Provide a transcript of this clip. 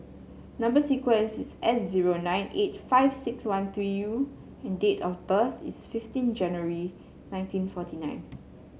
number sequence is S zero nine eight five six one three U and date of birth is fifteen January nineteen forty nine